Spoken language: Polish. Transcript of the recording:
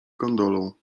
gondolą